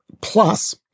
Plus